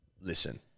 Listen